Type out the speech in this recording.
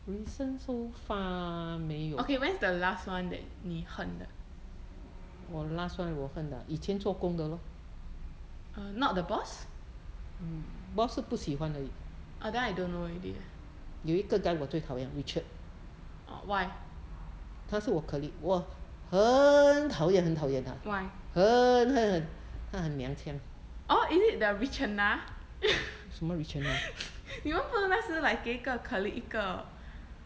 okay when is the last one that 你恨的 err not the boss oh then I don't know already eh orh why why orh is it the richard nah 你们不是那时 like 给一个 colleague 一个